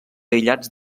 aïllats